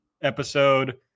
episode